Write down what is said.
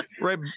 right